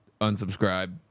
unsubscribe